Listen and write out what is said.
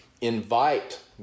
invite